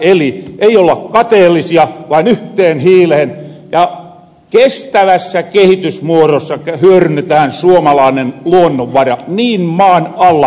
eli ei olla kateellisia vaan yhteen hiilehen ja kestävässä kehitysmuorossa hyörynnetähän suomalainen luonnonvara niin maan alla ku maan päällä